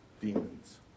demons